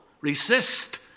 resist